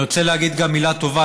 אני רוצה להגיד גם מילה טובה,